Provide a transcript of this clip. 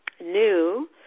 new